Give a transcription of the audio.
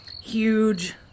huge